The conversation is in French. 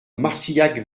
marcillac